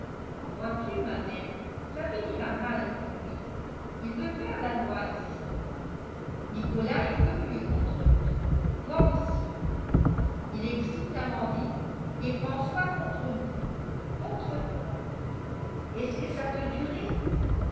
vois-tu ma mère ça finira mal pour lui il veut faire la loi ici nicolas est furieux contre lui moi aussi il excite amandine et françois contre nous contre toi est-ce que ça peut durer